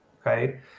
okay